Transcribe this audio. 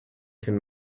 can